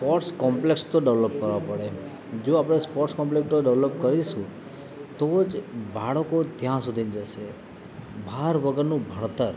sports complex તો develop કરવા પડે જો આપણે સ્પોર્ટ્સ કોમ્પ્લેકસો ડેવલોપ કરીશું તો જ બાળકો ત્યાં સુધી જશે ભાર વગરનું ભણતર